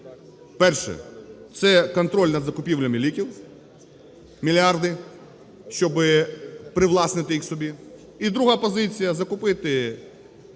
перше - це контроль над закупівлями ліків, мільярди, щоб привласнити їх собі; і друга позиція - закупити інші